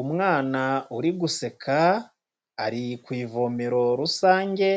Umwana uri guseka, ari ku ivomero rusange